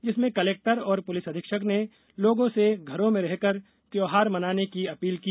जिसमें कलेक्टर और पुलिस अधीक्षक ने लोगों से घरों में रहकर त्यौहार मनाने की अपील की